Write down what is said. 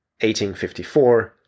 1854